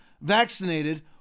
vaccinated